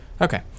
Okay